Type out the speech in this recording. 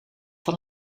van